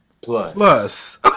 Plus